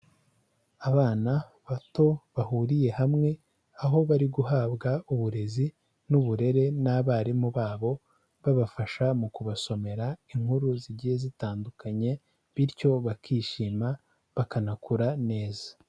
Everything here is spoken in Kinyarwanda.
Abana bato bahuriye hamwe, aho bari guhabwa uburezi n'uburere n'abarimu babo babafasha mu kubasomera inkuru zigiye zitandukanye, bityo bakishima bakanakura neza.